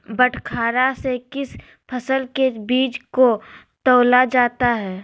बटखरा से किस फसल के बीज को तौला जाता है?